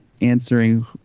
answering